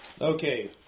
Okay